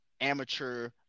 amateur